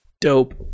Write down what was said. Dope